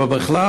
אבל בכלל,